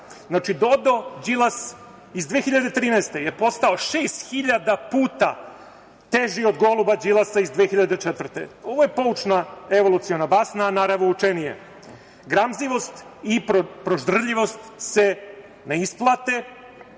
Znači, dodo Đilas iz 2013. godine je postao 6.000 puta teži od goluba Đilasa iz 2004. godine. Ovo je poučna evoluciona basna, naravoučenije. Gramzivost i proždrljivost se ne isplate,